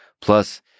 Plus